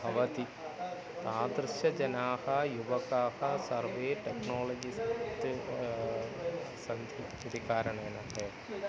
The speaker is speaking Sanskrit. भवति तादृशाः जनाः युवकाः सर्वे टेक्नाळजिस्ट् सन्ति इति कारणेन एव